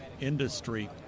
industry